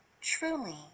Truly